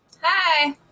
Hi